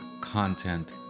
content